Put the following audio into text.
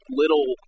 little